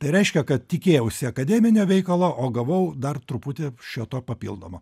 tai reiškia kad tikėjausi akademinio veikalo o gavau dar truputį šio to papildomo